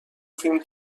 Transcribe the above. فیلم